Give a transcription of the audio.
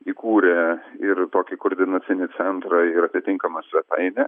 įkūrę ir tokį koordinacinį centrą ir atitinkamą svetainę